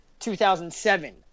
2007